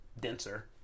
denser